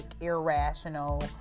irrational